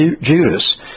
Judas